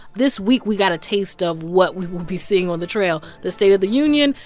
this week, we got a taste of what we will be seeing on the trail the state of the union,